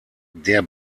der